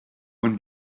when